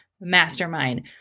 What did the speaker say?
Mastermind